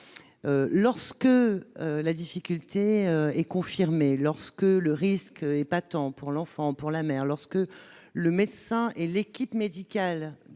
Lorsque la difficulté est confirmée et que le risque est patent pour l'enfant ou pour la mère, et que le médecin et l'équipe médicale,